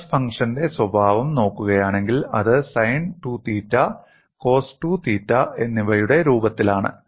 stress ഫംഗ്ഷന്റെ സ്വഭാവം നോക്കുകയാണെങ്കിൽ അത് സൈൻ 2 തീറ്റ കോസ് 2 തീറ്റ എന്നിവയുടെ രൂപത്തിലാണ്